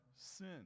sin